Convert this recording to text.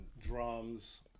drums